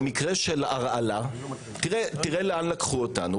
במקרה של הרעלה - תראה לאן לקחו אותנו.